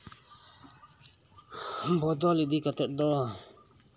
ᱵᱚᱫᱚᱞ ᱤᱫᱤ ᱠᱟᱛᱮᱫ ᱫᱚ